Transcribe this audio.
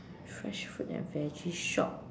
fresh fruit and veggie shop